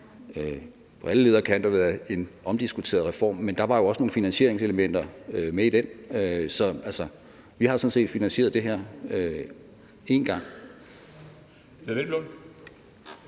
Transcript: på alle leder og kanter været en omdiskuteret reform. Men der var også nogle finansieringselementer med i den. Så vi har sådan set finansieret det her en gang. Kl. 10:33 Formanden